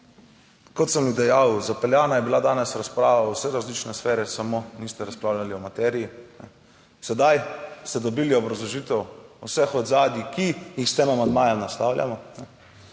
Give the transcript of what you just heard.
kot sem dejal, zapeljana je bila danes razprava v vse različne sfere, samo niste razpravljali o materiji. Sedaj ste dobili obrazložitev vseh ozadij, ki jih s tem amandmajem naslavljamo,